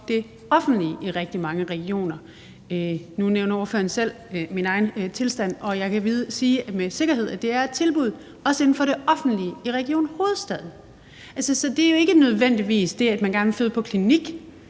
det offentlige i rigtig mange regioner. Nu nævner ordføreren selv min egen tilstand, og jeg kan med sikkerhed sige, at det er et tilbud også inden for det offentlige i Region Hovedstaden. Så det er ikke nødvendigvis det, at man gerne vil føde på klinik,